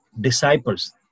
disciples